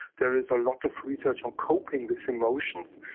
there is a lot of research on coping with emotions,